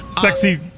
Sexy